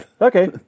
Okay